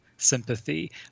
sympathy